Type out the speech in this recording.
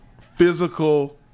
physical